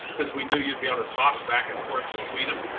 cause we knew you'd be able to talk back and forth between them.